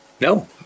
No